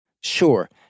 Sure